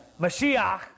Mashiach